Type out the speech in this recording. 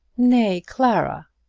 nay, clara.